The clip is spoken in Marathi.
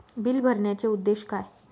बिल भरण्याचे उद्देश काय?